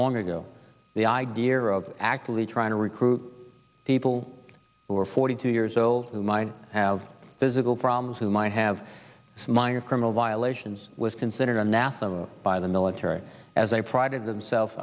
long ago the idea of actively trying to recruit people who are forty two years old who might have physical problems who might have minor criminal violations was considered anathema by the military as a prided themselves